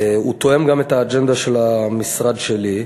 הוא תואם גם את האג'נדה של המשרד שלי.